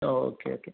okay okay